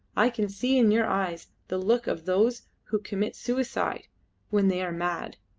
i can see in your eyes the look of those who commit suicide when they are mad.